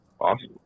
awesome